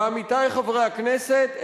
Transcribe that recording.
ועמיתי חברי הכנסת,